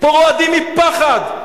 פה רועדים מפחד.